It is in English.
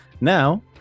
now